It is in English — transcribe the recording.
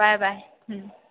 bye bye